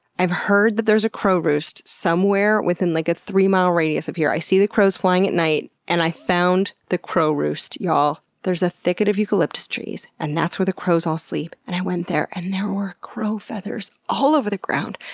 i've heard that there's a crow roost somewhere within like a three mile radius of here. i see the crows flying at night and i found the crow roost y'all! there's a thicket of eucalyptus trees, and that's where the crows all sleep, and i went there, and there were crow feathers all over the ground.